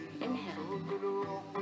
Inhale